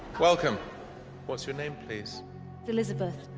welcome what's your name, please elizabeth